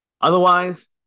Otherwise